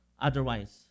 otherwise